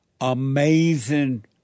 amazing